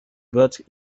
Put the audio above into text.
birds